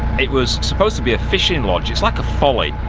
it was supposed to be a fishing lodge, it's like a folly,